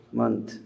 month